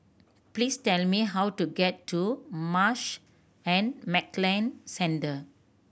please tell me how to get to Marsh and McLennan Centre